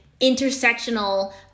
intersectional